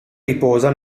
riposa